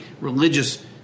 religious